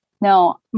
No